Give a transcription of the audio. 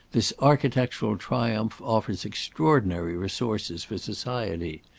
this architectural triumph offers extraordinary resources for society.